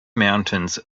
mountains